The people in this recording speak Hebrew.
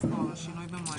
ה-28 במאי.